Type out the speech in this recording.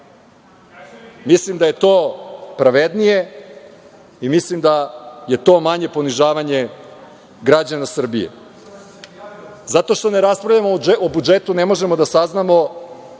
Mislim da je to pravednije i mislim da je to manje ponižavanje građana Srbije. Zato što ne raspravljamo o budžetu ne možemo da saznamo